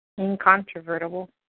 Incontrovertible